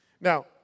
Now